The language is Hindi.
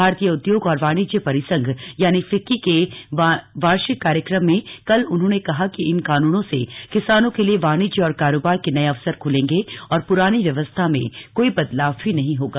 भारतीय उद्योग और वाणिज्य परिसंघ फिक्की के वार्षिक कार्यक्रम में कल उन्होंने कहा कि इन कानूनों से किसानों के लिए वाणिज्य और कारोबार के नये अवसर खुलेगे और पुरानी व्यवस्था में कोई बदलाव भी नहीं होगा